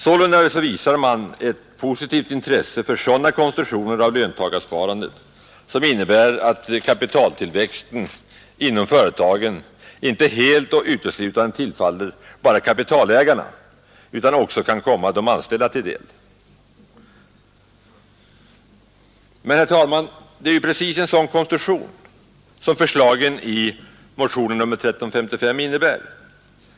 Sålunda visar man ett positivt intresse för sådana konstruktioner av löntagarsparandet som innebär att kapitaltillväxten inom företagen inte helt och uteslutande tillfaller bara kapitalägarna utan också kan komma de anställda till del. Men, herr talman, det är precis en sådan konstruktion som förslagen i motionen 1355 innebär.